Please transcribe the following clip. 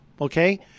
Okay